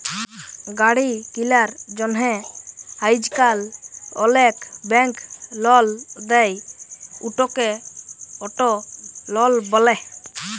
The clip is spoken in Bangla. গাড়ি কিলার জ্যনহে আইজকাল অলেক ব্যাংক লল দেই, উটকে অট লল ব্যলে